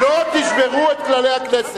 לא תשברו את כללי הכנסת.